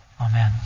Amen